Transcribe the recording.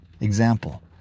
example